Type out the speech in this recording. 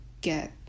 get